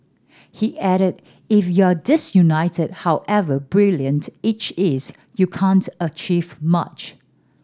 he added if you're disunited however brilliant each is you can't achieve much